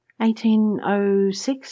1806